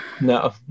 No